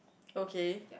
okay